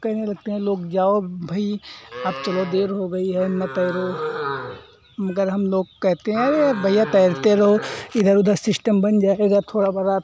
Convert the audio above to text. कहने लगते हैं लोग जाओ भाई अब चलो देर हो गई है न तैरो मगर हम लोग कहते हैं भईया तैरते रहो इधर उधर सिस्टम बन जाएगा थोड़ा बड़ा